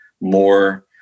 more